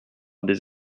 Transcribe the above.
des